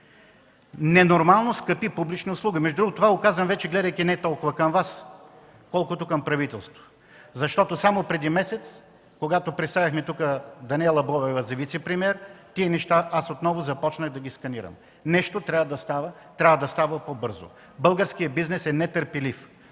Ненормално скъпи публични услуги! Между другото това го казвам вече не гледайки толкова към Вас, колкото към правителството, защото само преди месец, когато представяхме тук Даниела Бобева за вицепремиер, тези неща отново започнах да ги сканирам. Нещо трябва да става по-бързо. Българският бизнес е нетърпелив.